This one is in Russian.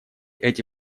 эти